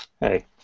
Hey